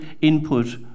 input